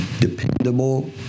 dependable